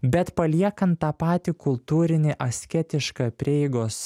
bet paliekant tą patį kultūrinį asketišką prieigos